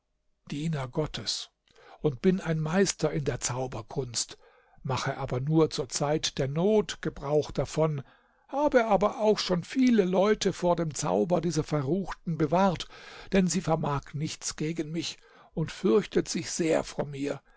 und bin meister in der zauberkunst mache aber nur zur zeit der not gebrauch davon habe aber auch schon viele leute vor dem zauber dieser verruchten bewahrt denn sie vermag nichts gegen mich und fürchtet sich sehr vor mir